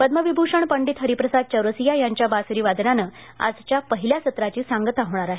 पद्मविभूषण पंडित हरिप्रसाद चौरसिया यांच्या बासरीवादनानं आजच्या पहिल्या सत्राची सांगता होणार आहे